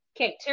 Okay